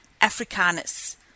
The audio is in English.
africanus